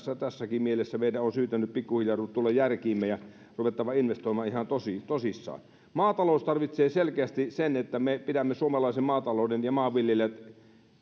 tässäkin mielessä meidän on syytä nyt pikkuhiljaa tulla järkiimme ja ruvettava investoimaan ihan tosissaan maatalous tarvitsee selkeästi sen että me pidämme suomalaisen maatalouden ja maanviljelijät